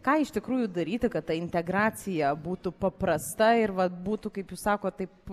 ką iš tikrųjų daryti kad ta integracija būtų paprasta ir vat būtų kaip jūs sakot taip